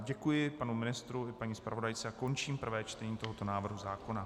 Děkuji panu ministru i paní zpravodajce a končím prvé čtení tohoto návrhu zákona.